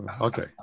Okay